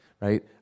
right